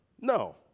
No